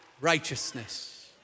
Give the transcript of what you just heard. righteousness